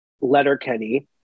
Letterkenny